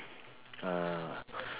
ah